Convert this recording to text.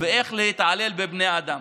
ואיך להתעלל בבני אדם.